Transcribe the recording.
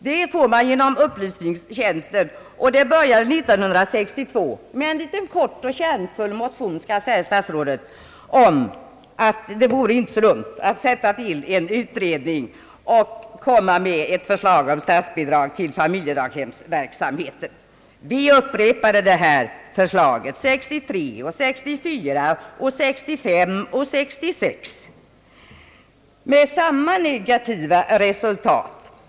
Det började 1962 med en kort och kärnfuil motion, skall jag säga statsrådet, om att det inte vore så dumt att tillsätta en utredning som kunde komma med förslag om statsbidrag till familjedaghemsverksamheten. Motionen upprepades 1963, 1964, 1965 och 1966 med samma negativa resultat.